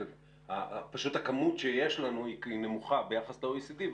פשוט הכמות שיש לנו היא נמוכה ביחס ל-OECD,